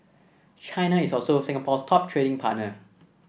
China is also Singapore's top trading partner